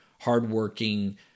hardworking